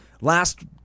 Last